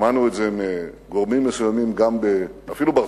שמענו את זה מגורמים מסוימים אפילו בארצות-הברית.